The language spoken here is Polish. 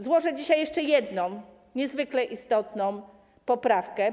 Złożę dzisiaj jeszcze jedną niezwykle istotną poprawkę.